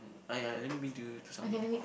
!aiya! let me bring to you to somewhere